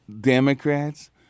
Democrats